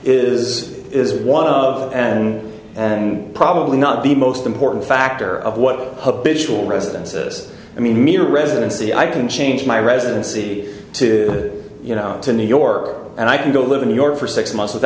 is is one of and and probably not the most important factor of what habitual residence this i mean residency i can change my residency to you know to new york and i can go live in new york for six months